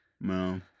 No